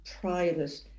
private